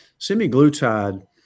semiglutide